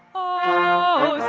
oh